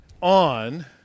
on